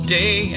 day